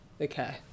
Okay